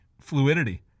fluidity